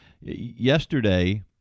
yesterday